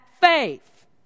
faith